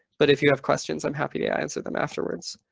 but if you have questions, i'm happy to answer them afterwards.